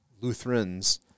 Lutherans